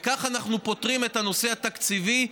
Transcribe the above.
וכך אנחנו פותרים את הנושא התקציבי,